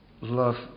love